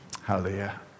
Hallelujah